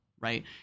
right